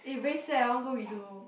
eh very sad hor go redo